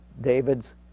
David's